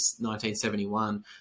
1971